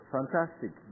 Fantastic